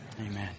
Amen